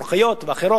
מול חיות ואחרות,